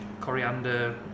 coriander